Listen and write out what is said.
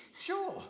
Sure